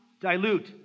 dilute